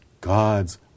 God's